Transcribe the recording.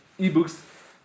ebooks